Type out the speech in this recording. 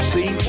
See